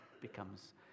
becomes